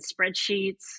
spreadsheets